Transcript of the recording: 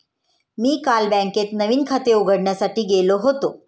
मी काल बँकेत नवीन खाते उघडण्यासाठी गेलो होतो